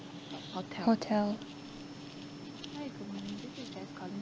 hotel